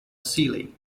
sealing